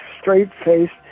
straight-faced